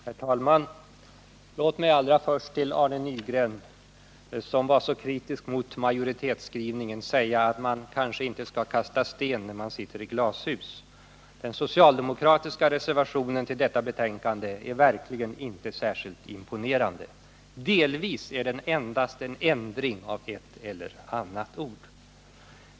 Herr talman! Låt mig allra först till Arne Nygren, som var så kritisk mot majoritetsskrivningen, säga att man kanske inte skall kasta sten när man sitter i glashus. Den socialdemokratiska reservationen till detta betänkande är verkligen inte särskilt imponerande. Delvis innebär den endast en ändring av eu eller annat ord.